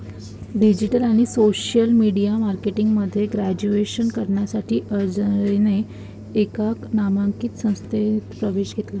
digital आणि social media marketing मध्ये graduation करण्यासाठी अजयने एका नामांकित संस्थेत प्रवेश घेतला